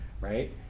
right